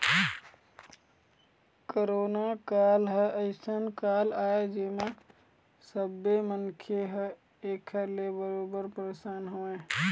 corona काल ह अइसन काल आय जेमा सब्बे मनखे ह ऐखर ले बरोबर परसान हवय